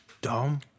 dumb